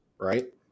right